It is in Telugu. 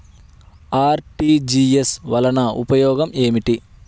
అర్.టీ.జీ.ఎస్ వలన ఉపయోగం ఏమిటీ?